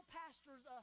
pastors